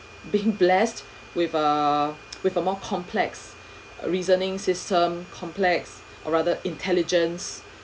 being blessed with a with a more complex reasoning system complex or rather intelligence